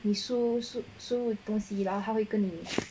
你 sup sup sup 的东西啦他会跟你